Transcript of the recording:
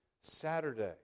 Saturday